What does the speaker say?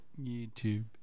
YouTube